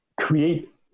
create